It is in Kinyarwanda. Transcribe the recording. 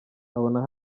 abona